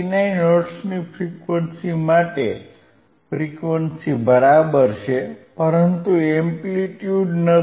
99 હર્ટ્ઝની ફ્રીક્વન્સી માટે ફ્રીક્વન્સી બરાબર છે પરંતુ એમ્પ્લિટ્યુડ નથી